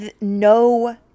no